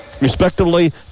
respectively